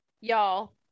y'all